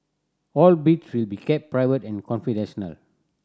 all bids will be kept private and